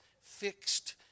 fixed